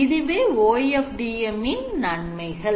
இதுவே OFDM இன் நன்மைகள்